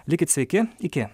likit sveiki iki